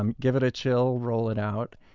um give it a chill, roll it out,